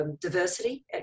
diversity